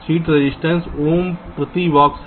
sheet resistance ohm प्रति box है